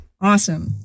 Awesome